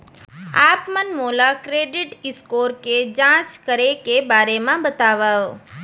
आप मन मोला क्रेडिट स्कोर के जाँच करे के बारे म बतावव?